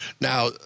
Now